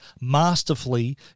masterfully